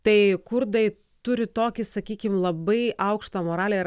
tai kurdai turi tokį sakykim labai aukštą moralę ir